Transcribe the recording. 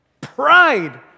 Pride